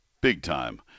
big-time